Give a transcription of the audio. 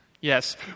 Yes